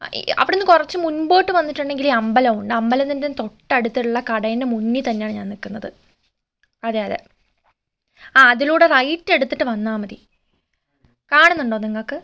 അ അവിടുന്ന് കുറച്ച് മുമ്പോട്ട് വന്നിട്ടുണ്ടെങ്കിൽ ഒരു അമ്പലമുണ്ട് അമ്പലത്തിൻ്റെ തൊട്ടടുത്തുള്ള കടേൻ്റെ മുന്നിൽ തന്നെയാണ് ഞാൻ നിക്കുന്നത് അതെ അതെ ആ അതിലൂടെ റൈറ്റ് എടുത്തിട്ട് വന്നാൽ മതി കാണുന്നുണ്ടോ നിങ്ങൾക്ക്